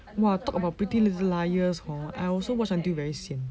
!wah! talk about pretty little liars I also was until very sian